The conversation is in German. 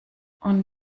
und